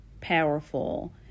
powerful